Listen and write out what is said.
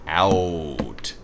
out